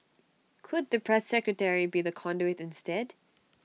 could the press secretary be the conduit instead